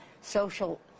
social